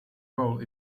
role